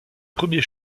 premiers